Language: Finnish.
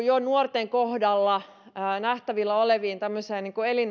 jo nuorten kohdalla nähtävillä oleviin tämmöisiin